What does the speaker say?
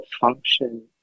function